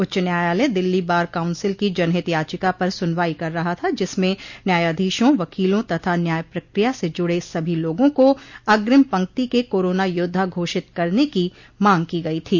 उच्च न्यायालय Delhi bar council की जनहित याचिका पर सुनवाई कर रहा था जिसमें न्यायाधीशों वकीलों तथा न्याय प्रक्रिया से जुड सभी लोगों को अग्रिम पंक्ति के कोरोना योद्वा घोषित करने की मांग की गई थी